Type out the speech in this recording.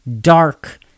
dark